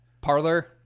Parlor